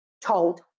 told